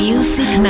Music